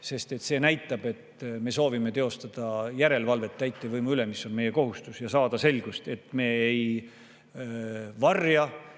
See näitab, et me soovime teostada järelevalvet täitevvõimu üle, mis on meie kohustus, ja [näidata] selgelt, et me ei väldi